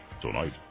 Tonight